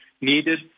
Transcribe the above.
needed